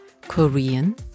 Korean